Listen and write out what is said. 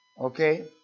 Okay